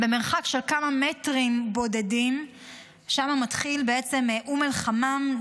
במרחק של כמה מטרים בודדים ששם מתחילים אום אל-חמאם,